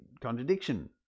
contradiction